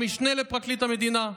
המשנה לפרקליט המדינה,